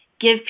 give